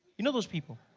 you know those people?